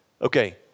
Okay